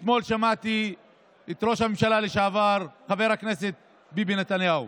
אתמול שמעתי את ראש הממשלה לשעבר חבר הכנסת ביבי נתניהו